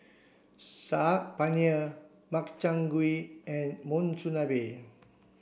Saag Paneer Makchang Gui and Monsunabe